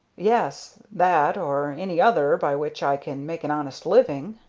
yes, that or any other by which i can make an honest living.